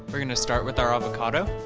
we're going to start with our avocado.